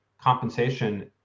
compensation